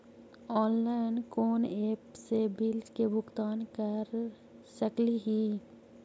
Online कोन app से bill के भुगतान कर सकली ही?